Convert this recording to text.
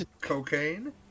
cocaine